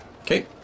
Okay